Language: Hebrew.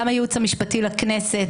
גם הייעוץ המשפטי לכנסת,